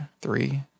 Three